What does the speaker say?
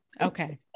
Okay